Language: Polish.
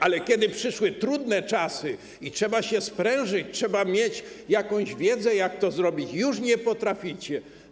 Ale kiedy przyszły trudne czasy i trzeba się sprężyć, trzeba mieć jakąś wiedzę, jak to zrobić, już nie potraficie.